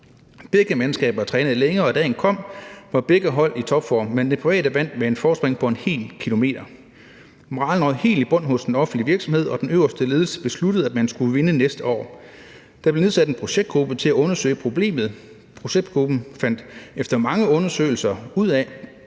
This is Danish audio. Begge mandskaber trænede længe, og da dagen kom, var begge hold i topform, men det private vandt med et forspring på en hel kilometer. Moralen røg helt i bund hos den offentlige virksomhed, og den øverste ledelse besluttede, at man skulle vinde næste år. Der blev nedsat en projektgruppe til at undersøge problemet. Projektgruppen fandt efter mange undersøgelser ud af,